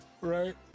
Right